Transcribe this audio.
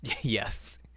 Yes